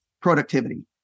productivity